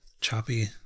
choppy